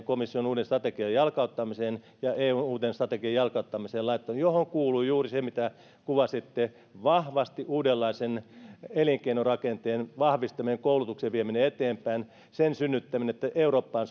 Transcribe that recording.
komission uuden strategian jalkauttamiseen ja eun uuden strategian jalkauttamiseen laittanut siihen kuului juuri se mitä kuvasitte uudenlaisen elinkeinorakenteen vahvistaminen koulutuksen vieminen eteenpäin pysyvien hyvien työpaikkojen synnyttäminen eurooppaan